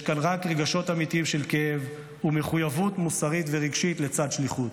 יש כאן רק רגשות אמיתיים של כאב ומחויבות מוסרית ורגשית לצד שליחות.